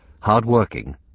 hard-working